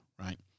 right